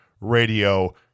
radio